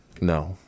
No